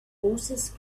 horses